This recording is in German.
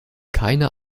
keine